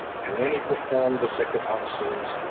and when he performed the sacred offices,